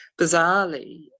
bizarrely